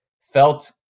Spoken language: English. felt